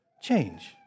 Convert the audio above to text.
change